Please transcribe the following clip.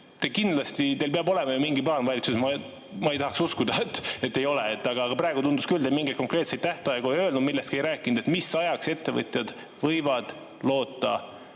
kindlasti peab olema ju mingi plaan valitsuses. Ma ei tahaks uskuda, et ei ole. Aga praegu tundus küll, te mingeid konkreetseid tähtaegu ei öelnud, millestki ei rääkinud. Mis ajaks ettevõtjad võivad loota,